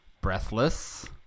*Breathless*